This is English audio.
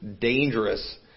dangerous